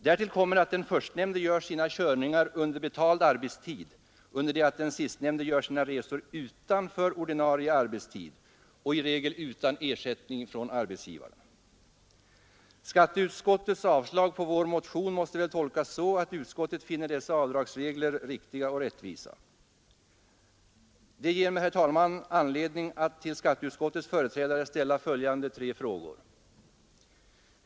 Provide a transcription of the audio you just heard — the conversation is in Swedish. Därtill kommer att den förstnämnde gör sina körningar under betald arbetstid under det att den sistnämnde gör sina resor utanför ordinarie arbetstid och i regel utan ersättning från arbetsgivaren. Skatteutskottets avstyrkande av vår motion måste väl tolkas så, att utskottet finner dessa avdragsregler riktiga och rättvisa. Detta ger mig, herr talman, anledning att till skatteutskottets företrädare ställa följande tre frågor: 1.